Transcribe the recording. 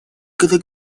когда